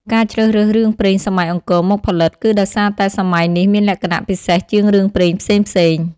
ការជ្រើសរើសរឿងព្រេងសម័យអង្គរមកផលិត គឺដោយសារតែសម័យនេះមានលក្ខណៈពិសេសជាងរឿងព្រេងផ្សេងៗ។